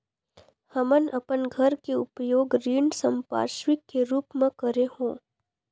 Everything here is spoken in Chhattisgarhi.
हमन अपन घर के उपयोग ऋण संपार्श्विक के रूप म करे हों